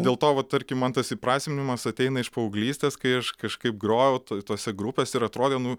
dėl to vat tarkim man tas įprasminimas ateina iš paauglystės kai aš kažkaip grojau tose grupėse ir atrodė nu